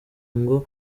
ngo